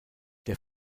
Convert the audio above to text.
der